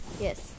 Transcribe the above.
Yes